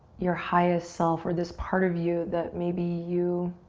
your highest self, or this part of you that maybe you